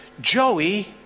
Joey